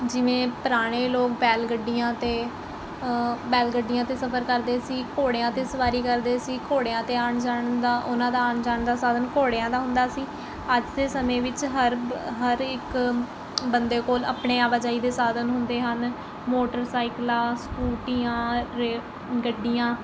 ਜਿਵੇਂ ਪੁਰਾਣੇ ਲੋਕ ਬੈਲ ਗੱਡੀਆਂ 'ਤੇ ਬੈਲ ਗੱਡੀਆਂ 'ਤੇ ਸਫਰ ਕਰਦੇ ਸੀ ਘੋੜਿਆਂ 'ਤੇ ਸਵਾਰੀ ਕਰਦੇ ਸੀ ਘੋੜਿਆਂ 'ਤੇ ਆਉਣ ਜਾਣ ਦਾ ਉਹਨਾਂ ਦਾ ਆਉਣ ਜਾਣ ਦਾ ਸਾਧਨ ਘੋੜਿਆਂ ਦਾ ਹੁੰਦਾ ਸੀ ਅੱਜ ਦੇ ਸਮੇਂ ਵਿੱਚ ਹਰ ਬ ਹਰ ਇੱਕ ਬੰਦੇ ਕੋਲ ਆਪਣੇ ਆਵਾਜਾਈ ਦੇ ਸਾਧਨ ਹੁੰਦੇ ਹਨ ਮੋਟਰਸਈਕਲਾਂ ਸਕੂਟੀਆਂ ਰੇਲ ਗੱਡੀਆਂ